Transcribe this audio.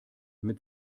mit